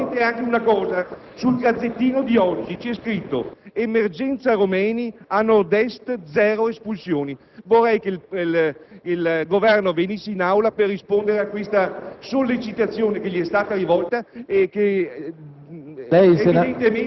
si sono bloccati tutti i respingimenti. Le faccio presente anche che su «Il Gazzettino» di oggi c'è scritto: «Emergenza romeni: a Nordest zero espulsioni». Vorrei che il Governo venisse in Aula per rispondere a questa